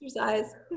exercise